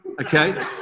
okay